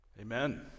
Amen